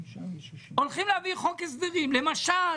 הולכים להביא חוק הסדרים, למשל